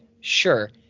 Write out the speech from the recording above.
sure